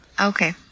Okay